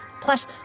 Plus